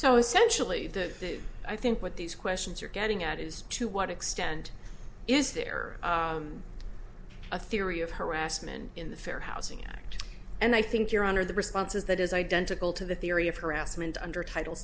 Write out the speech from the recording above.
so essentially that i think what these questions are getting at is to what extent is there a theory of harassment in the fair housing act and i think your honor the response is that is identical to the theory of harassment under title